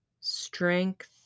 strength